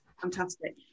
fantastic